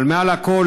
אבל מעל הכול,